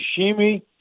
sashimi